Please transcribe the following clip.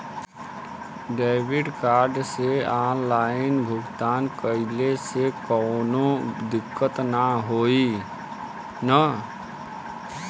Debit card से online भुगतान कइले से काउनो दिक्कत ना होई न?